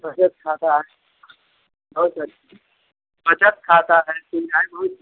बचत खाता है बहुत अच्छ बचत खाता है